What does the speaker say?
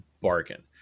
bargain